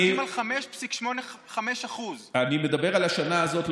הם עומדים על 5.85%. אני מדבר על השנה הזאת,